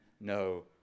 no